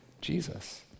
Jesus